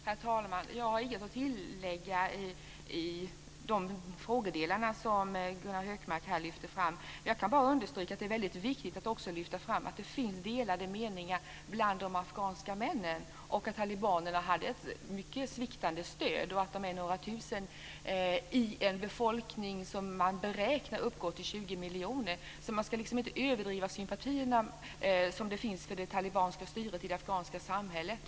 Herr talman! Jag har inget att tillägga när det gäller de frågedelar som Gunnar Hökmark här lyfter fram. Jag kan bara understryka att det är väldigt viktigt att också lyfta fram att det finns delade meningar bland de afghanska männen och att talibanerna har ett mycket sviktande stöd. De är några tusen i en befolkning som man beräknar uppgår till 20 miljoner. Så man ska inte överdriva de sympatier som finns för det talibanska styret i det afghanska samhället.